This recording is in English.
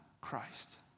Christ